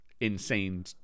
insane